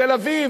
בתל-אביב,